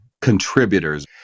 contributors